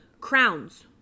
Crowns